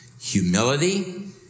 humility